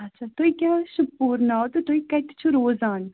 اچھا تہٕ تۄہہِ کیٛاہ حظ چھُ پوٗرٕ ناو تہٕ تُہۍ کَتہِ چھِو روزان